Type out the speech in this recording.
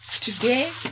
today